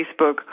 Facebook